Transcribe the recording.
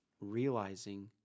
realizing